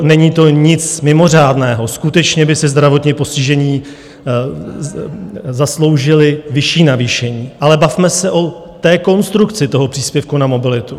Není to nic mimořádného, skutečně by si zdravotně postižení zasloužili vyšší navýšení, ale bavme se o konstrukci toho příspěvku na mobilitu.